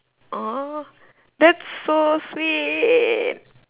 !aww! that's so sweet